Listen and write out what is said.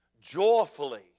joyfully